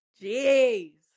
Jeez